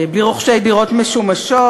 בלי רוכשי דירות משומשות.